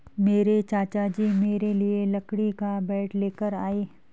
मेरे चाचा जी मेरे लिए लकड़ी का बैट लेकर आए